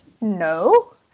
No